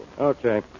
Okay